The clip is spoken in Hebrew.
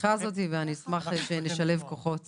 מהשיחה הזאת, ואני אשמח שנשלב כוחות